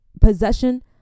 possession